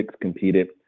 Competed